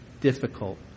difficult